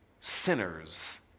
Sinners